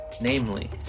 namely